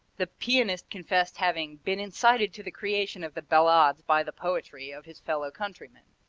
the pianist confessed having been incited to the creation of the ballades by the poetry of his fellow countryman.